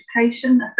education